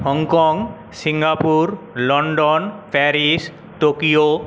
Hong Kong Singapore London Paris Tokyo